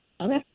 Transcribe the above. Okay